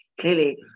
Clearly